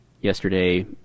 yesterday